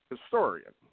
historian